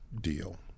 deal